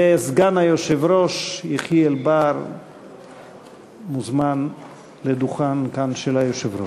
וסגן היושב-ראש יחיאל בר מוזמן כאן לדוכן של היושב-ראש.